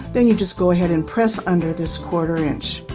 then you just go ahead and press under this quarter inch.